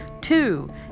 two